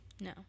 no